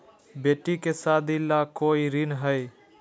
बेटी के सादी ला कोई ऋण हई?